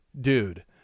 dude